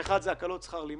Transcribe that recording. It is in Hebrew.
האחד, הקלות בשכר לימוד,